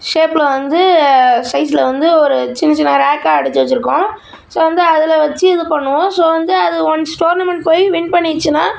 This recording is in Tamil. ஷேப்பில் வந்து சைஸில் வந்து ஒரு சின்ன சின்ன ராக்காக அடித்து வெச்சிருக்கோம் ஸோ வந்து அதில் வெச்சி இது பண்ணுவோம் ஸோ வந்து அது ஒன்ஸ் டோர்னமண்ட் போய் வின் பண்ணிடுச்சுன்னா